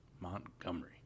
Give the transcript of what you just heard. montgomery